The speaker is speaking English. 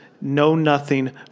know-nothing